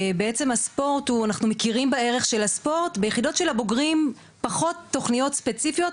אנחנו מכירים בערך של הספורט ביחידות של הבוגרים פחות תוכניות ספציפיות,